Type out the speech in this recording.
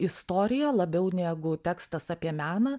istorija labiau negu tekstas apie meną